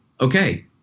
okay